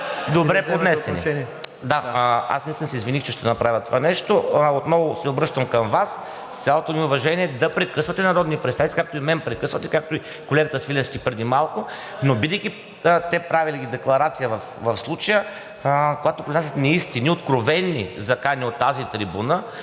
добре поднесени. Аз наистина се извиних, че ще направя това нещо. Отново се обръщам към Вас, с цялото ми уважение, да прекъсвате народни представители, както и мен прекъсвате, както и колегата Свиленски преди малко. Но дори правейки декларация в случая, когато произнасят неистини – откровени закани от тази трибуна,